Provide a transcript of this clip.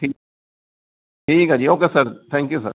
ਠੀ ਠੀਕ ਆ ਜੀ okay sir thank you sir